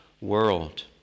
world